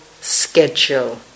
schedule